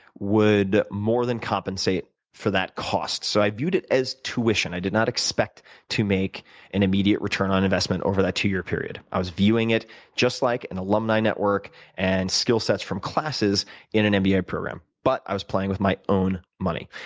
would more than compensate for that cost. so i viewed it as tuition. i did not expect to make an immediate return on investment over the two year period. i was viewing it just like an alumni network and skill sets from classes in an mba program. but i was playing with my own money.